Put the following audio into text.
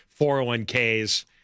401Ks